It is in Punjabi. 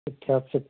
ਇਤਿਹਾਸਿਕ